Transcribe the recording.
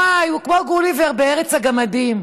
וואי, הוא כמו גוליבר בארץ הגמדים.